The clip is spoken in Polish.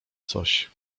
coś